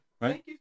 Right